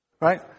Right